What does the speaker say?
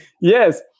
Yes